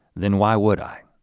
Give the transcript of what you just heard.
then why would i?